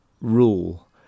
rule